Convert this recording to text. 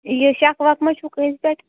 یہِ شک وق ما چھُو کٲنسہِ پٮ۪ٹھ